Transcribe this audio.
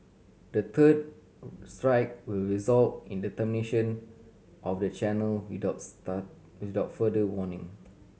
the third strike will result in the termination of the channel without start without further warning